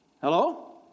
Hello